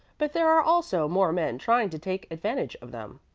but there are also more men trying to take advantage of them.